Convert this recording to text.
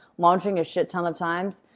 launching a shit ton of times,